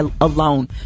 alone